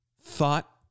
thought